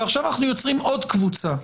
ועכשיו אנחנו יוצרים עוד קבוצה.